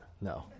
No